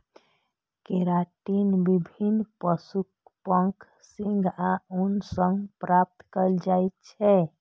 keratin विभिन्न पशुक पंख, सींग आ ऊन सं प्राप्त कैल जाइ छै